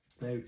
Now